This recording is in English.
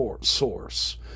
source